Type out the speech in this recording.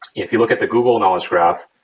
if you look at the google knowledge graph,